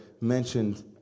mentioned